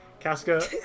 Casca